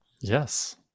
yes